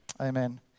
amen